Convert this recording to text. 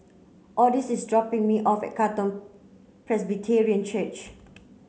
Odis is dropping me off at Katong Presbyterian Church